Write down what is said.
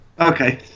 Okay